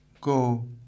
Go